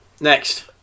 next